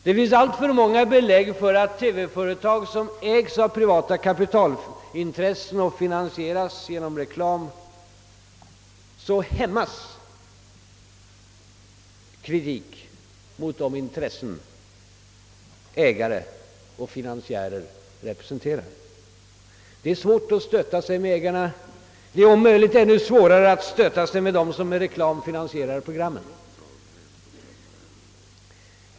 Det finns alltför många belägg för att i TV-företag som ägs av privata kapitalintressen och finansieras genom reklam kritiken mot de intressen som ägare och finansiärer representerar hämmas. Det är svårt att stöta sig med ägarna. Det är om möjligt ännu svårare att stöta sig med dem som med reklam finansierar programmen.